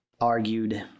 argued